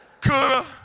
coulda